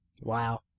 Wow